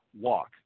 walk